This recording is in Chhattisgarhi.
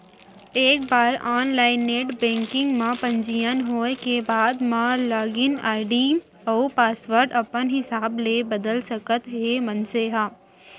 एक बार ऑनलाईन नेट बेंकिंग म पंजीयन होए के बाद म लागिन आईडी अउ पासवर्ड अपन हिसाब ले बदल सकत हे मनसे ह